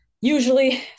Usually